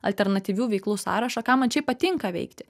alternatyvių veiklų sąrašą ką man šiaip patinka veikti